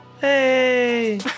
Hey